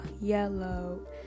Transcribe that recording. yellow